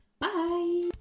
Bye